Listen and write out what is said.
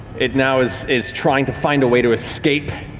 it now is is trying to find a way to escape.